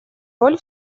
роль